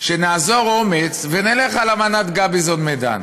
שנאזור אומץ ונלך על אמנת גביזון-מדן,